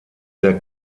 sehr